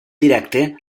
directe